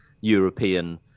European